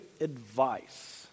advice